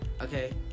okay